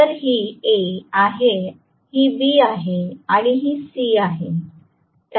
तर ही A आहे ही B आहे ही C आहे